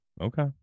Okay